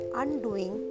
undoing